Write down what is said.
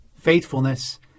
faithfulness